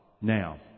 now